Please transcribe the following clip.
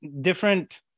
different